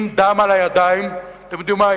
עם דם על הידיים, אתם יודעים מה?